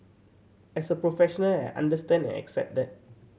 as a professional I understand and accept that